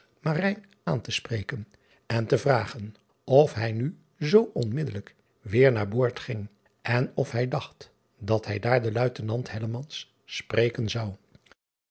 aan te spreken en te vragen of hij nu zoo onmiddellijk weêr naar boord ging en of hij dacht dat hij daar den uitenant spreken zou